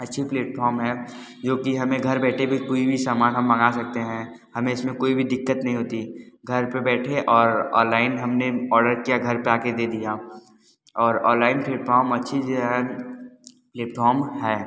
अच्छी प्लेटफाॅर्म है जो कि हमें घर बैठे भी कोई भी सामान हम मंगा सकते हैं हमें इसमें कोई भी दिक्कत नहीं होती घर पर बैठे और ऑनलाइन हमने ऑर्डर किया घर पर आ कर दे दिया और ऑलाइन प्लेटफॉर्म अच्छी चीज है प्लेटफॉर्म है